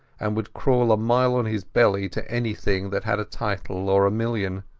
and would crawl a mile on his belly to anything that had a title or a million.